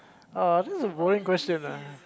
uh that's a boring question ah